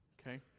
okay